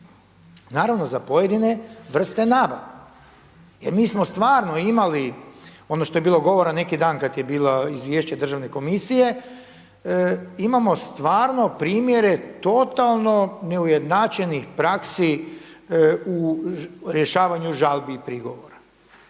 naravno za pojedine vrste nabava. Jer mi smo stvarno imali, ono što je bilo govora neki dan kada je bilo izvješće državne komisije, imamo stvarno primjere totalno neujednačenih praksi u rješavanju žalbi i prigovora.